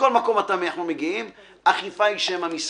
בכל מקום אנחנו מגיעים ומגלים שאכיפה היא שֵם המשחק.